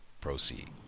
proceed